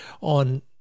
on –